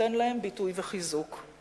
נותן להם ביטוי וחיזוק.